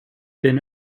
been